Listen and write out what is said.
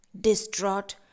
Distraught